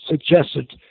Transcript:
suggested